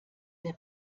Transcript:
der